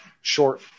short